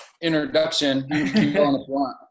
introduction